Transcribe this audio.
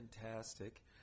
fantastic